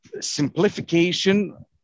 simplification